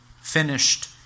finished